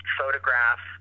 photograph